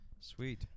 Sweet